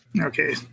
Okay